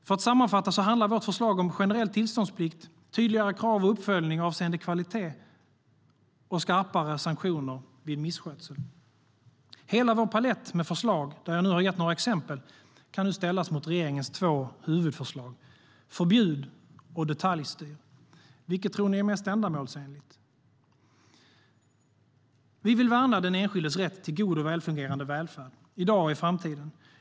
För att sammanfatta handlar vårt förslag om generell tillståndsplikt, tydligare krav och uppföljning avseende kvalitet samt skarpare sanktioner vid misskötsel. Hela vår palett med förslag, där jag nu har gett några exempel, kan ställas mot regeringens två huvudförslag: "Förbjud!" och "Detaljstyr!" Vilket tror ni är mest ändamålsenligt? Vi vill värna den enskildes rätt till god och välfungerande välfärd, i dag och i framtiden.